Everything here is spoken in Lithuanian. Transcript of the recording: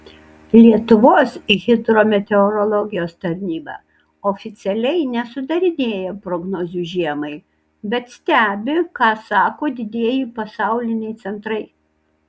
lietuvos hidrometeorologijos tarnyba oficialiai nesudarinėja prognozių žiemai bet stebi ką sako didieji pasauliniai centrai